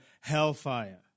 hellfire